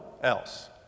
else